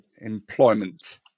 employment